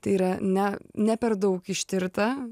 tai yra ne ne per daug ištirta